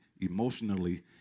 emotionally